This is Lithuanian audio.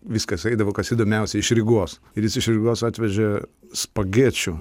viskas eidavo kas įdomiausia iš rygos ir jis iš rygos atvežė spagečių